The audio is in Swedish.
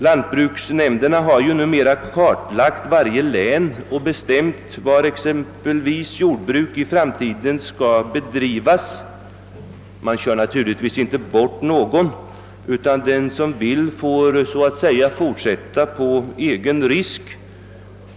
Lantbruksnämnderna har ju numera kartlagt varje län och bestämt var exempelvis jordbruk i framtiden skall bedrivas. Ja, man kör naturligtvis inte bort någon, utan den som vill får så att säga fortsätta vidare på egen risk.